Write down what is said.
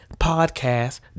podcast